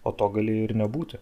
o to galėjo ir nebūti